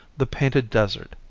the painted desert,